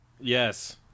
Yes